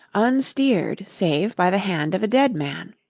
unsteered save by the hand of a dead man!